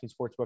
Sportsbook